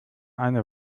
eine